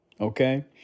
Okay